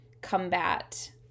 combat